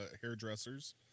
hairdressers